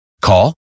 Call